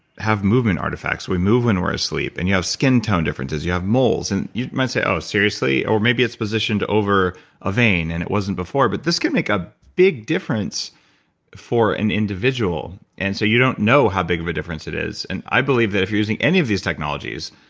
have moving artifacts, we move when we're asleep, and you have skin tone differences, you have moles. and you might say, oh, seriously, or maybe it's positioned to over a vein and it wasn't before but this could make a big difference for an individual. and so you don't know how big of a difference it is and i believe that if you're using any of these technologies,